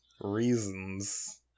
Reasons